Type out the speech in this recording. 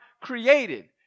created